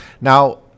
Now